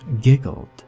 giggled